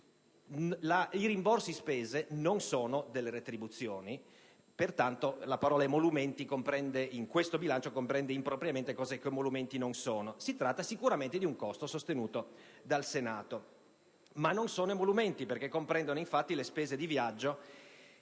I rimborsi spese non sono delle retribuzioni; pertanto, la parola emolumenti comprende impropriamente in questo bilancio cose che emolumenti non sono: si tratta sicuramente di un costo sostenuto dal Senato, ma non sono emolumenti perché comprendono, infatti, le spese di viaggio